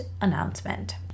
announcement